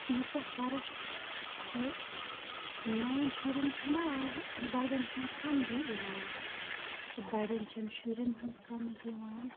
ییٖژاہ فرق زِ نَوٮ۪ن شُرٮ۪ن چھَنہٕ آز بَڑٮ۪ن ہُنٛد سَمجی یِوان تہٕ بَڑٮ۪ن چھُنہٕ شُرٮ۪ن ہُنٛد سَمج یِوان